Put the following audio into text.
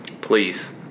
Please